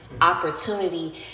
opportunity